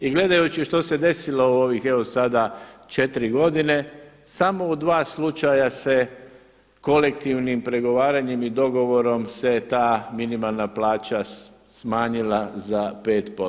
I gledajući što se desilo u ovih evo sada 4 godine samo u 2 slučaja se kolektivnim pregovaranjem i dogovorom se ta minimalna plaća smanjila za 5%